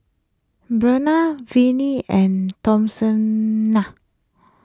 Breana Vinnie and Thomasina